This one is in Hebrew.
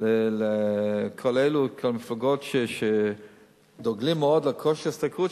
לכל המפלגות שדוגלות בכושר השתכרות,